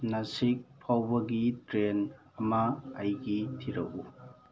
ꯅꯥꯁꯤꯛ ꯐꯥꯎꯕꯒꯤ ꯇ꯭ꯔꯦꯟ ꯑꯃ ꯑꯩꯒꯤ ꯊꯤꯔꯛꯎ